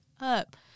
up